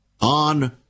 on